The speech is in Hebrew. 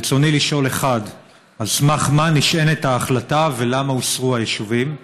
ברצוני לשאול: 1. על מה נשענת ההחלטה ולמה הוסרו היישובים?